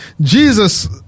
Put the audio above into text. Jesus